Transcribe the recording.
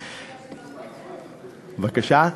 בבקשה?